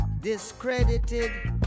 discredited